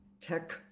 tech